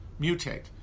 mutate